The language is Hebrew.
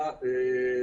נמנע